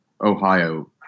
Ohio